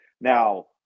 now